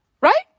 right